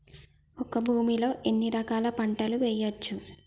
ఒక భూమి లో ఎన్ని రకాల పంటలు వేయచ్చు?